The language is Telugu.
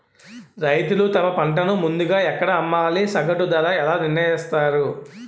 రైతులు తమ పంటను ముందుగా ఎక్కడ అమ్మాలి? సగటు ధర ఎలా నిర్ణయిస్తారు?